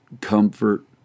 comfort